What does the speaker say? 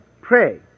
Pray